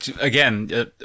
again